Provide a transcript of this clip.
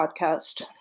podcast